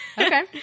Okay